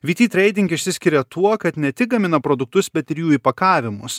vyty treiding išsiskiria tuo kad ne tik gamina produktus bet ir jų įpakavimus